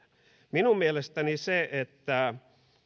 minun mielestäni se että